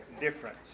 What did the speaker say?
different